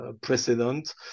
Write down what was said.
precedent